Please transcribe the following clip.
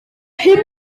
pum